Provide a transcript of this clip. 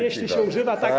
Jeśli się używa takich.